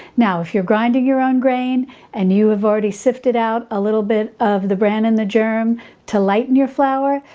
now, if you're grinding your own grain and you have already sifted out a little bit of the bran and the germ to lighten your flour,